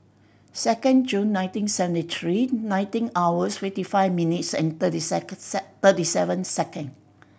second June nineteen seventy three nineteen hours fifty five minutes and thirty thirty seven second